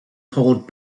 hold